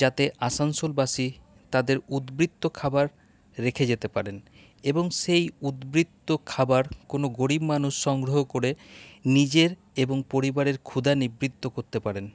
যাতে আসানসোলবাসী তাদের উদবৃত্ত খাবার রেখে যেতে পারেন এবং সেই উদবৃত্ত খাবার কোনো গরিব মানুষ সংগ্রহ করে নিজের এবং পরিবারের ক্ষুদা নিবৃত করতে পারেন